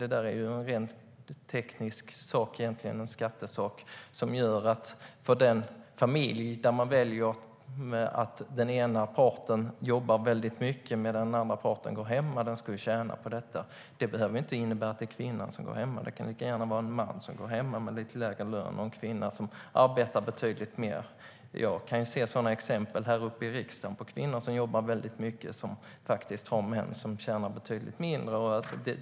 Det där är egentligen en rent teknisk sak som gör att den familj som väljer att den ena parten jobbar mycket medan den andra parten går hemma ska tjäna på detta. Det behöver inte innebära att det är kvinnan som går hemma. Det kan lika gärna vara en man som går hemma med en lite lägre lön och en kvinna som arbetar betydligt mer. Jag kan se exempel här uppe i riksdagen på kvinnor som jobbar väldigt mycket och som har män som tjänar betydligt mindre.